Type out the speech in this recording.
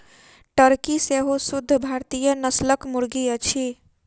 Turkey सेहो शुद्ध भारतीय नस्लक मुर्गी अछि